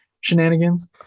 shenanigans